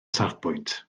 safbwynt